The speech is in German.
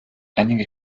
einige